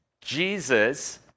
Jesus